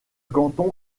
canton